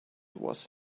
was